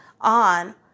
on